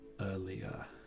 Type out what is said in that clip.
earlier